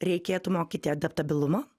reikėtų mokyti adaptabilumo